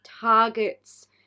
targets